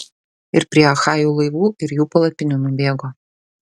ir prie achajų laivų ir jų palapinių nubėgo